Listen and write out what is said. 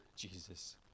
Jesus